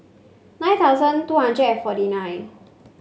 nine thousand two hundred and forty nine